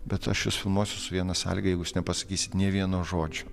bet aš jus filmuosiu su viena sąlyga jeigu jūs nepasakysit nė vieno žodžio